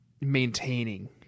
maintaining